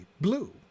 blue